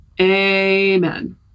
amen